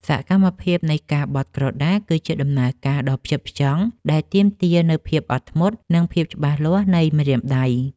សកម្មភាពនៃការបត់ក្រដាស គឺជាដំណើរការដ៏ផ្ចិតផ្ចង់ដែលទាមទារនូវភាពអត់ធ្មត់ និងភាពច្បាស់លាស់នៃម្រាមដៃ។